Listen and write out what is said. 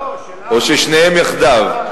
או של שניהם יחדיו?